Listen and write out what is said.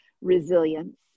resilience